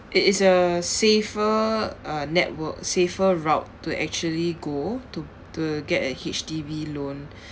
it is a safer uh network safer route to actually go to to get a H_D_B loan